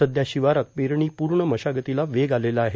सध्या शिवारात पेरणी पूर्ण मशागतीला वेग आलेला आहे